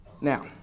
now